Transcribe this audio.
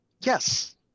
yes